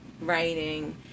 writing